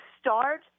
start